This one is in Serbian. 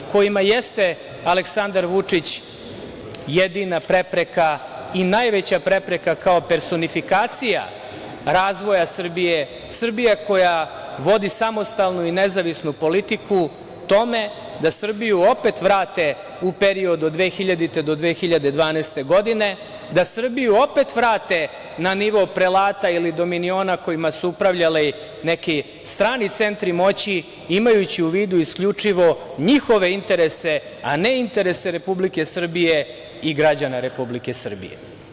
Njima je Aleksandar Vučić jedina prepreka i najveća prepreka, kao personifikacija razvoja Srbije, Srbije koja vodi samostalnu i nezavisnu politiku, tome da Srbiju opet vrate u period od 2000. do 2012. godine, da Srbiju opet vrate na nivo prelata i dominiona kojima su upravljali neki strani centri moći, imajući u vidu isključivo njihove interese, a ne interese Republike Srbije i građana Republike Srbije.